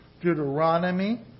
Deuteronomy